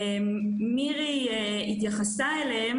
מירי התייחסה אליה,